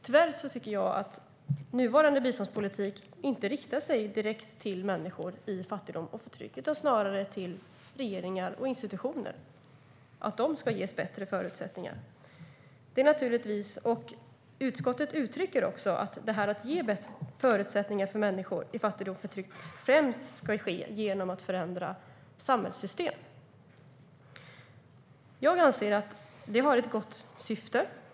Jag tycker tyvärr att den nuvarande biståndspolitiken inte riktar sig direkt till människor i fattigdom och förtryck utan snarare är inriktad på att ge regeringar och institutioner bättre förutsättningar. När det gäller att ge bättre förutsättningar för människor i fattigdom och förtryck uttrycker utskottet att det främst ska ske genom att förändra samhällssystem. Jag anser att det har ett gott syfte.